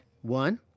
one